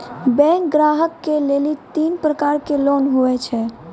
Bank ग्राहक के लेली तीन प्रकर के लोन हुए छै?